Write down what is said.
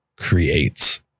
creates